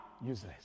useless